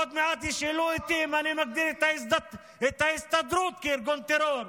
עוד מעט ישאלו אותי אם אני מגדיר את ההסתדרות כארגון טרור.